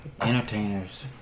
Entertainers